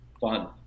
Fun